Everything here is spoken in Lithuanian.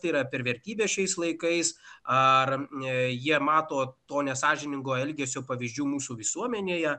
tai yra per vertybė šiais laikais ar ne jie mato to nesąžiningo elgesio pavyzdžių mūsų visuomenėje